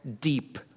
deep